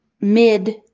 mid